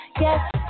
Yes